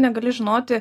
negali žinoti